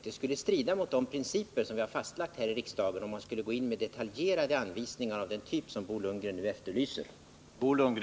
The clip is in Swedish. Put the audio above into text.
Det skulle strida mot de principer som vi har fastlagt här i riksdagen om man skulle gå in med detaljerade anvisningar av den typ som Bo Lundgren nu efterlyser.